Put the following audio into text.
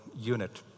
unit